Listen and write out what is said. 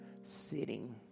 sitting